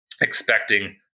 expecting